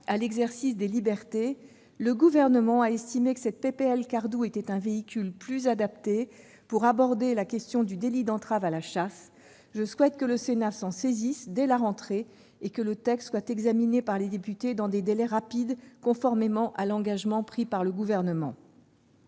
à l'exercice des libertés. Le Gouvernement a estimé que ce texte constituait un véhicule plus adapté pour aborder la question du délit d'entrave à la chasse. Je souhaite que le Sénat s'en saisisse dès la rentrée et qu'il soit examiné par les députés dans des délais rapides, conformément à l'engagement pris par le Gouvernement.